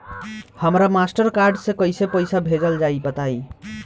हमरा Mastercard से कइसे पईसा भेजल जाई बताई?